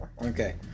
Okay